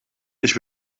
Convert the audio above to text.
ich